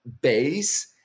base